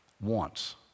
Wants